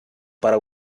para